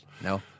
no